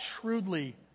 shrewdly